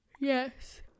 yes